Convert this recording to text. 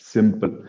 Simple